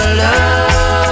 love